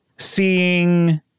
Seeing